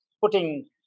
putting